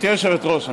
גברתי היושבת-ראש,